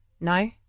No